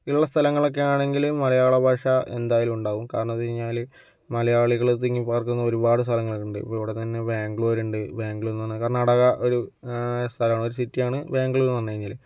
ഉള്ള സ്ഥലങ്ങളൊക്കെയാണെങ്കിൽ മലയാളഭാഷ എന്തായാലും ഉണ്ടാകും കാരണം എന്തെന്ന് വെച്ച് കഴിഞ്ഞാല് മലയാളികള് തിങ്ങി പാർക്കുന്ന ഒരുപാട് സ്ഥലങ്ങളുണ്ട് ഇപ്പോൾ ഇവിടെ തന്നെ ബാംഗ്ലൂർ ഉണ്ട് ബാംഗ്ലൂരെന്ന് പറഞ്ഞാൽ കർണാടക ഒരു സ്ഥലമാണ് ഒരു സിറ്റിയാണ് ബാംഗ്ലൂരൂർ എന്നുപറഞ്ഞു കഴിഞ്ഞാല്